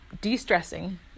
de-stressing